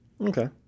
Okay